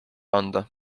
anda